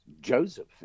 Joseph